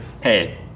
hey